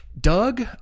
Doug